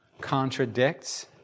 contradicts